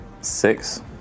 Six